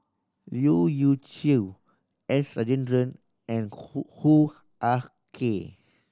Leu Yew Chye S Rajendran and Hoo Hoo Ah Kay